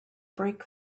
brake